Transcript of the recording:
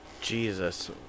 Jesus